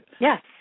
Yes